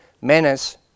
menace